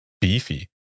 beefy